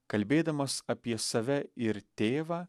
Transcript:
kalbėdamas apie save ir tėvą